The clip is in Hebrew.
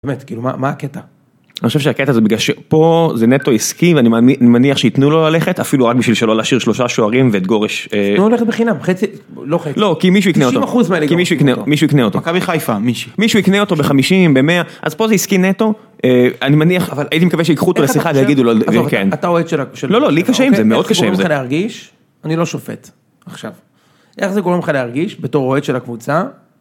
כאילו באמת מה הקטע? אני חושב שהקטע זה בגלל שפה זה נטו עסקי ואני מניח שיתנו לו ללכת אפילו רק בשביל שלא להשאיר שלושה שוערים ואת גורש. לא ללכת בחינם, חצי, לא חצי. כי מישהו יקנה אותו. 90% מהלגות. מישהו יקנה אותו. מכבי חיפה מישהו. מישהו יקנה אותו ב-50, ב-100, אז פה זה עסקי נטו. אני מניח, הייתי מקווה שיקחו אותו לשיחה ויגידו לו. אתה אוהד של. לא, לא, לי קשה עם זה, מאוד קשה עם זה. איך זה קוראים לך להרגיש? אני לא שופט עכשיו. איך זה קוראים לך להרגיש בתור אוהד של הקבוצה?